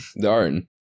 Darn